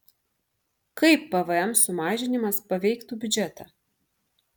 kaip pvm sumažinimas paveiktų biudžetą